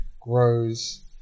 grows